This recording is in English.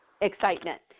excitement